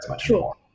sure